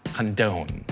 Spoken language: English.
Condone